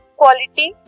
quality